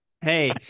Hey